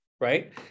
right